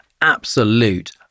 Absolute